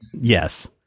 yes